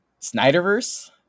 Snyderverse